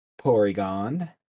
porygon